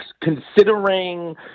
considering